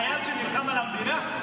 חייל שנלחם על המדינה?